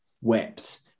wept